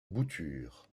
boutures